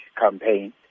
campaign